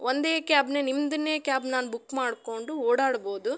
ಒಂದೇ ಕ್ಯಾಬನ್ನೇ ನಿಮ್ಮದನ್ನೆ ಕ್ಯಾಬ್ ನಾನು ಬುಕ್ ಮಾಡಿಕೊಂಡು ಓಡಾಡ್ಬೋದು